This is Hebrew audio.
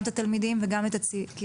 גם את התלמידים וגם אותנו,